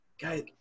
guys